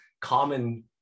common